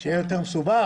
שיהיה יותר מסובך?